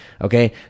okay